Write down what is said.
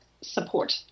support